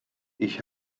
ich